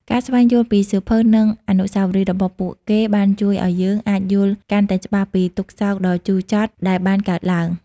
ការស្វែងយល់ពីសៀវភៅ និងអនុស្សាវរីយ៍របស់ពួកគេបានជួយឲ្យយើងអាចយល់កាន់តែច្បាស់ពីទុក្ខសោកដ៏ជូរចត់ដែលបានកើតឡើង។